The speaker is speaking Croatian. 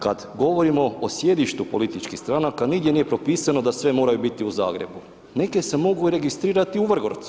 Kada govorimo o sjedištu političkih stranaka nigdje nije propisano da sve moraju biti u Zagrebu, neke se mogu registrirati i u Vrgorcu.